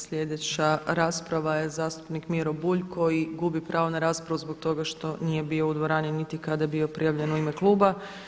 Sljedeća rasprava je zastupnik Miro Bulj koji gubi pravo na raspravu zbog toga što nije bio u dvorani niti kada je bio prijavljen u ime kluba.